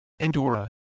Andorra